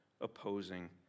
opposing